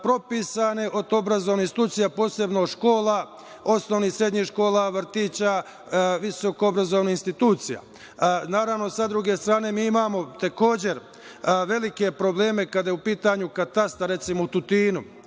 propisane od obrazovnih institucija, posebno od škola, osnovnih i srednjih škola, vrtića, visokoobrazovanih institucija. Naravno, sa druge strane, mi imamo, takođe, velike probleme kada je u pitanju katastar, recimo u Tutinu,